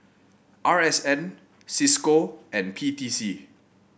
R S N Cisco and P T C